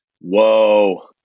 Whoa